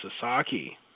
Sasaki